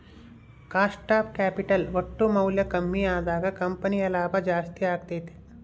cost of capital ಒಟ್ಟು ಮೌಲ್ಯ ಕಮ್ಮಿ ಅದಾಗ ಕಂಪನಿಯ ಲಾಭ ಜಾಸ್ತಿ ಅಗತ್ಯೆತೆ